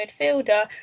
midfielder